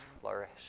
flourish